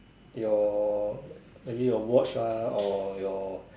your maybe your watch lah or your